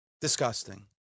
Disgusting